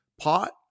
pot